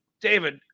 David